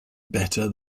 better